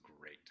great